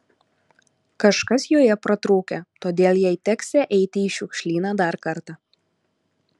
kažkas joje pratrūkę todėl jai teksią eiti į šiukšlyną dar kartą